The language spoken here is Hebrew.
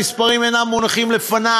המספרים אינם מונחים לפני,